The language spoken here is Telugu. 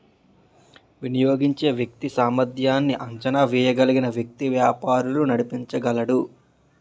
వినియోగించే వ్యక్తి సామర్ధ్యాన్ని అంచనా వేయగలిగిన వ్యక్తి వ్యాపారాలు నడిపించగలడు